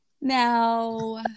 Now